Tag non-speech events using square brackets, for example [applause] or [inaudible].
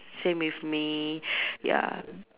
same with me [breath] ya